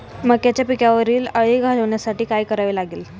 मक्याच्या पिकावरील अळी घालवण्यासाठी काय करावे लागेल?